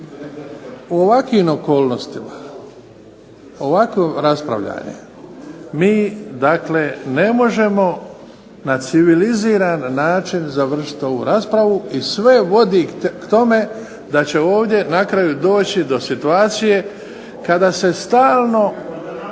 U ovakvim okolnostima, ovakvo raspravljanje mi dakle ne možemo na civiliziran način završiti ovu raspravu i sve vodi k tome da će ovdje na kraju doći do situacije kada se stalno